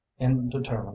indeterminate